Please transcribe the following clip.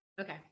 Okay